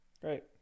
great